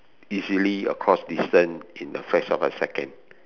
easily across distance in the flash of a second